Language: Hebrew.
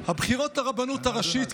הבחירות לרבנות הראשית,